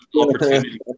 opportunity